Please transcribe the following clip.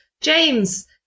James